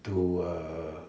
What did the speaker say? to uh